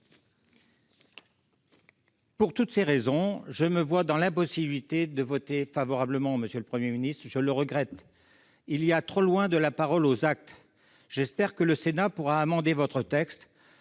Pour toutes ces raisons, je me vois dans l'impossibilité de voter favorablement, monsieur le Premier ministre, et je le regrette : il y a trop loin de la parole aux actes. J'espère que le Sénat pourra amender votre texte